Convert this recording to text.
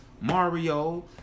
Mario